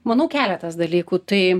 manau keletas dalykų tai